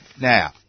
Now